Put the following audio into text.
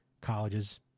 colleges